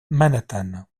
manhattan